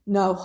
no